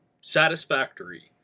Satisfactory